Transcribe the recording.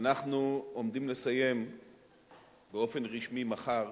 אנחנו עומדים לסיים באופן רשמי מחר